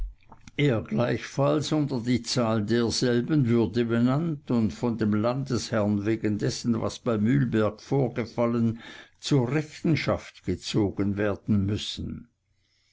er gleichfalls unter die zahl derselben würde benannt und von dem landesherrn wegen dessen was bei mühlberg vorgefallen zur rechenschaft gezogen werden müssen